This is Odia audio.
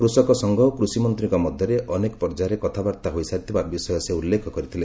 କୃଷକ ସଂଘ ଓ କୃଷିମନ୍ତ୍ରୀଙ୍କ ମଧ୍ୟରେ ଅନେକ ପର୍ଯ୍ୟାୟରେ କଥାବାର୍ତ୍ତା ହୋଇସାରିଥିବା ବିଷୟ ସେ ଉଲ୍ଲେଖ କରିଥିଲେ